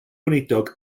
weinidog